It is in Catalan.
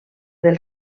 del